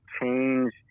change